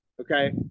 Okay